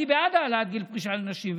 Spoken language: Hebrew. אני בעד העלאת גיל פרישה לנשים.